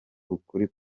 ukuri